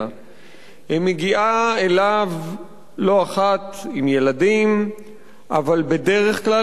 היא מגיעה אליו לא אחת עם ילדים אבל בדרך כלל,